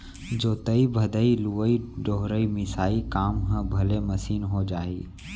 जोतइ भदई, लुवइ डोहरई, मिसाई काम ह भले मसीन हो जाही